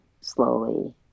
slowly